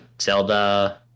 Zelda